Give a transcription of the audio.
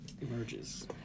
emerges